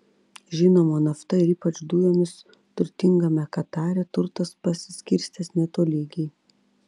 žinoma nafta ir ypač dujomis turtingame katare turtas pasiskirstęs netolygiai